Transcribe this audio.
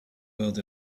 world